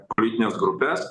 politines grupes